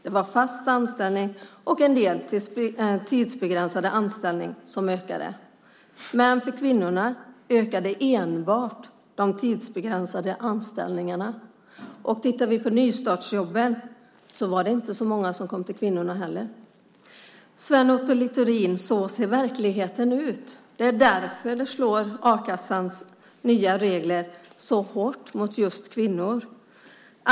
Det var fast anställning och en del tidsbegränsade anställningar som ökade. För kvinnorna ökade enbart de tidsbegränsade anställningarna. När det gäller nystartsjobben var det inte så många som kom till kvinnorna. Så ser verkligheten ut, Sven Otto Littorin. Det är därför a-kassans nya regler slår så hårt mot just kvinnor.